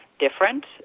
different